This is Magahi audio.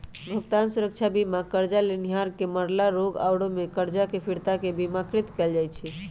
भुगतान सुरक्षा बीमा करजा लेनिहार के मरला, रोग आउरो में करजा के फिरता के बिमाकृत कयल जाइ छइ